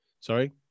Sorry